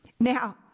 Now